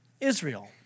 Israel